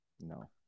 No